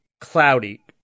cloudy